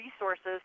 resources